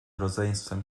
rodzeństwem